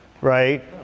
Right